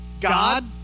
God